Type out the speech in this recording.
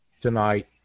tonight